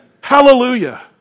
Hallelujah